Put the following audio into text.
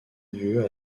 lieu